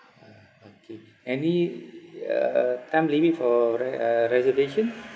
ah okay any uh time limit for re~ uh reservation